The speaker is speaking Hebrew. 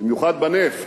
במיוחד בנפט,